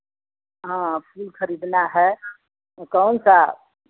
हाँ फूल खरीदना है कौनसा